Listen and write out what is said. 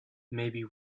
maybe